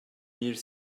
mille